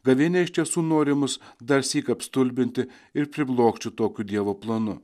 gavėnia iš tiesų nori mus darsyk apstulbinti ir priblokšti tokiu dievo planu